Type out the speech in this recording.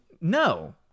No